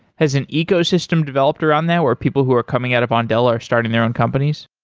has an ecosystem developed around that, where people who are coming out of andela are starting their own companies?